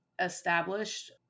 established